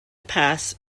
pass